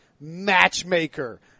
matchmaker